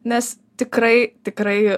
nes tikrai tikrai